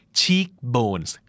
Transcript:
cheekbones